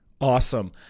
Awesome